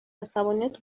عصبانیت